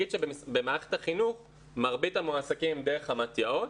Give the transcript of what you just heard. אני אגיד שבמערכת החינוך מרבית המועסקים הם דרך המתי"אות,